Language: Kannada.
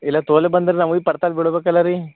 ಇಲ್ಲ ತೋಲೆ ಬಂದ್ರ ನಮಗೆ ಪರ್ತಾಲ್ ಬಿಡ್ಬೇಕು ಅಲ್ಲ ರೀ